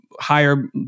higher